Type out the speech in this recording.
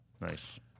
Nice